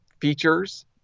features